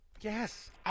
Yes